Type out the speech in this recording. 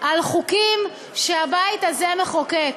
על חוקים שהבית הזה מחוקק.